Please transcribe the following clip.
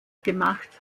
gemacht